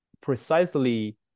precisely